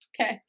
Okay